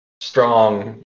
strong